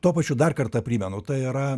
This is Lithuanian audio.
tuo pačiu dar kartą primenu tai yra